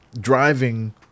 driving